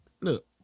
Look